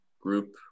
group